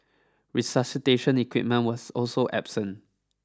resuscitation equipment was also absent